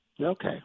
okay